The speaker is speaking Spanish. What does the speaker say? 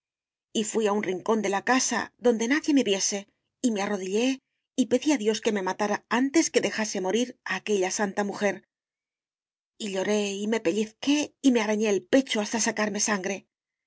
y fuí a un rincón de la casa donde nadie me viese y me arrodillé y pedí a dios que me matara antes que dejase morir a aquella santa mujer y lloré y me pellizqué y me arañé el pecho hasta sacarme sangre